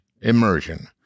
Immersion